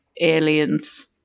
aliens